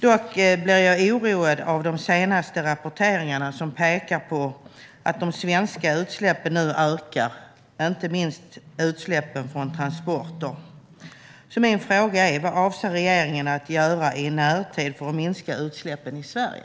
Dock blir jag oroad över de senaste rapporteringarna som pekar på att de svenska utsläppen nu ökar, inte minst utsläppen från transporter. Min fråga är: Vad avser regeringen att göra i närtid för att minska utsläppen i Sverige?